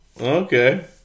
Okay